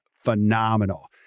Phenomenal